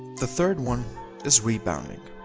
the third one is rebounding.